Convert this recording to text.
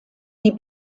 die